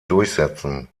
durchsetzen